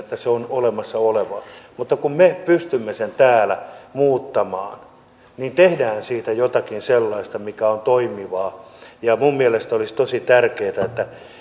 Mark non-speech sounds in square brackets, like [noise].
[unintelligible] että se on olemassa olevaa mutta kun me pystymme sen täällä muuttamaan niin tehdään siitä jotakin sellaista mikä on toimivaa mielestäni olisi tosi tärkeätä että